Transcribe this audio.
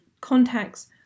contacts